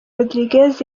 rodríguez